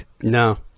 No